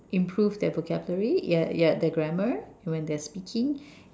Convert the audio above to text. improve their vocabulary yeah yeah their grammar when they're speaking